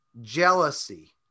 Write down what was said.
jealousy